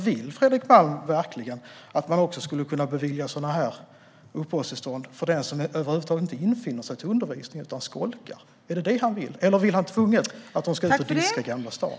Vill Fredrik Malm verkligen att man också skulle kunna bevilja uppehållstillstånd för den som över huvud taget inte infinner sig till undervisningen utan skolkar? Eller vill han tvunget att de ska ut och diska i Gamla stan?